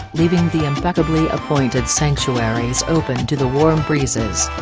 leaving the impeccably appointed sanctuaries open to the warm breezes.